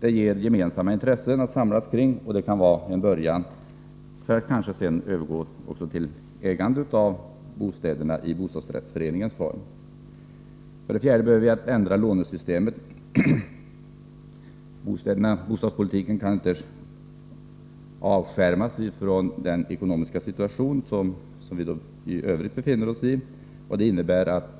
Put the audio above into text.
Detta ger gemensamma intressen att samlas kring och kan vara en början för att sedan övergå till ägande av bostäderna i bostadsrättsföreningens form. För det fjärde behövs ett ändrat lånesystem. Bostadspolitiken kan inte avskärmas från den ekonomiska situation som vi i övrigt befinner oss i, och det innebär att